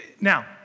Now